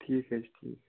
ٹھیٖک حظ چھُ ٹھیٖک